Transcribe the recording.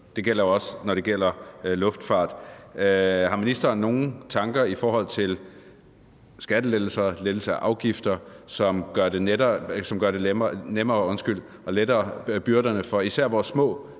Det gælder også luftfart. Har ministeren nogen tanker i forhold til skattelettelser, lettelse af afgifter, som gør det nemmere og letter byrderne for især vores små